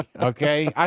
Okay